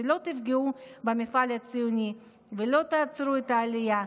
במפעל הציוני ולא תעצרו את העלייה,